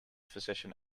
physician